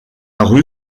rue